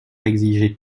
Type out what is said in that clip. exiger